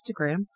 Instagram